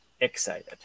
excited